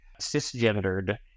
cisgendered